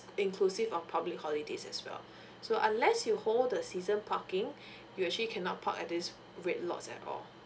inclusive of public holidays as well so unless you hold the season parking you actually cannot park at these red lots at all